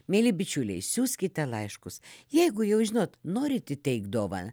mieli bičiuliai siųskite laiškus jeigu jau žinot norit įteikt dovaną